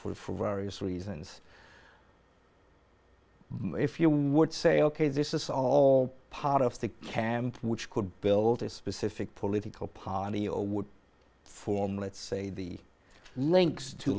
example for various reasons if you would say ok this is all part of the camp which could build a specific political party or would form let's say the links to